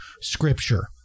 scripture